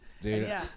Dude